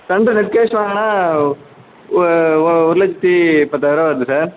Splendor எஸ்கே செவன்னா ஒ ஒ ஒரு லட்சத்தி பத்தாயரூபா வருது சார்